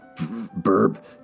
Burp